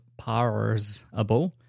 parsable